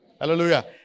Hallelujah